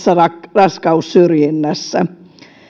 raskaussyrjinnässä